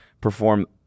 perform